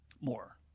more